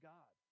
God